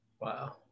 Wow